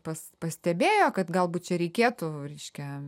pas pastebėjo kad galbūt čia reikėtų reiškia